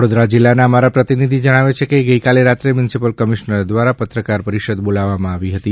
વડોદરા જિલ્લાના અમારા પ્રતિનિધિ જણાવે છે કે ગઈકાલે રાત્રે મ્યુનિસિપલ કમિશનર દ્વારા પત્રકાર પરિષદ બોલાવવામાં આવી હતી